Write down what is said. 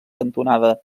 cantonada